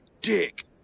dick